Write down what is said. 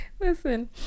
Listen